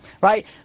right